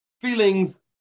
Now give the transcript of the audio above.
feelings